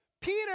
Peter